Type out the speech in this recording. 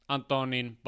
Antonin